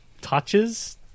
touches